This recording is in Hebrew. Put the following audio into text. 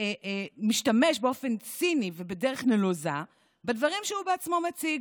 משתמש באופן ציני ובדרך נלוזה בדברים שהוא בעצמו מציג.